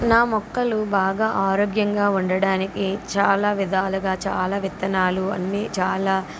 నా మొక్కలు బాగా ఆరోగ్యంగా ఉండడానికి చాలా విధాలుగా చాలా విత్తనాలు అన్నీ చాలా